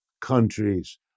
countries